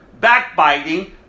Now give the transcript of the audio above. backbiting